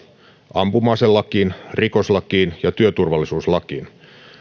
ampuma aselakiin rikoslakiin ja työturvallisuuslakiin